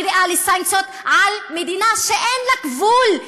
הקריאה לסנקציות על מדינה שאין לה גבול,